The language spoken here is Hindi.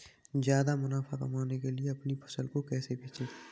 ज्यादा मुनाफा कमाने के लिए अपनी फसल को कैसे बेचें?